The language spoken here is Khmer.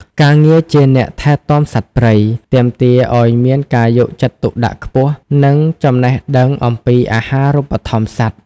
ការងារជាអ្នកថែទាំសត្វព្រៃ ទាមទារឱ្យមានការយកចិត្តទុកដាក់ខ្ពស់ និងចំណេះដឹងអំពីអាហារូបត្ថម្ភសត្វ។